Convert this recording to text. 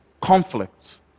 conflict